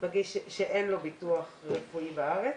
שאין לו ביטוח רפואי בארץ,